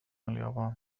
اليابان